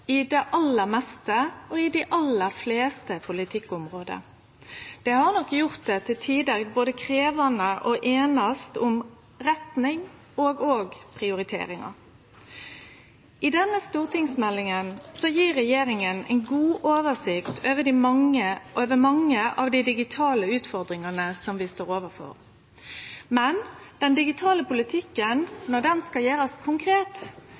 i det aller meste og i dei aller fleste politikkområda. Det har nok gjort det til tider krevjande å einast om både retning og prioriteringar. I denne stortingsmeldinga gjev regjeringa god oversikt over mange av dei digitale utfordringane vi står overfor, men når den digitale politikken skal gjerast konkret,